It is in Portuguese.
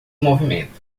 movimento